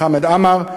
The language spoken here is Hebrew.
ולחמד עמאר.